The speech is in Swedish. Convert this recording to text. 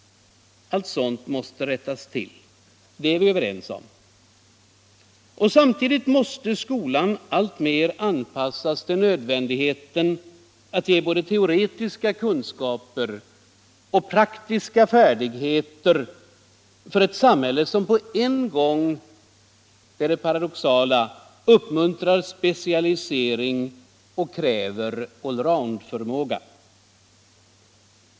Sådant måste rättas till. Det är vi överens om. Samtidigt måste skolan alltmer anpassas till nödvändigheten att ge både teoretiska kunskaper och praktiska färdigheter för ett samhälle, som på en gång — det är det paradoxala — uppmuntrar specialisering och kräver allroundförmåga.